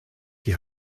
die